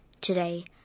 today